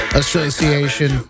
association